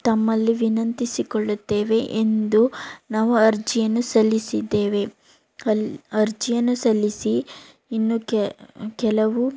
ತಮ್ಮಲ್ಲಿ ವಿನಂತಿಸಿಕೊಳ್ಳುತ್ತೇವೆ ಎಂದು ನಾವು ಅರ್ಜಿಯನ್ನು ಸಲ್ಲಿಸಿದ್ದೇವೆ ಅಲ್ಲಿ ಅರ್ಜಿಯನ್ನು ಸಲ್ಲಿಸಿ ಇನ್ನೂ ಕೆಲವು